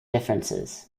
differences